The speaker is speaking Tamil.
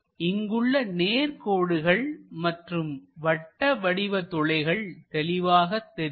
இங்குள்ள நேர் கோடுகள் மற்றும் வட்ட வடிவ துளைகள் தெளிவாக தெரியும்